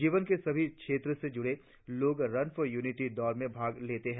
जीवन के सभी क्षेत्र से जुड़े लोग रन फॉर यूनिटी दौड़ में भाग लेते हैं